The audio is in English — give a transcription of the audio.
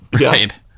Right